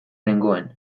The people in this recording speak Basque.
nengoen